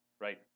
Right